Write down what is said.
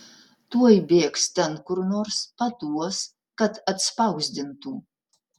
tuoj bėgs ten kur nors paduos kad atspausdintų